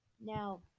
Now